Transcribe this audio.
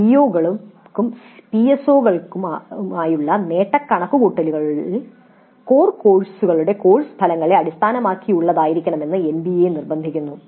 പിഒകൾക്കും പിഎസ്ഒകൾക്കുമായുള്ള നേട്ട കണക്കുകൂട്ടലുകൾ കോർ കോഴ്സുകളുടെ കോഴ്സ് ഫലങ്ങളെ അടിസ്ഥാനമാക്കിയുള്ളതായിരിക്കണമെന്ന് എൻബിഎ നിർബന്ധിക്കുന്നു